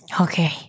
Okay